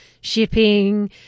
shipping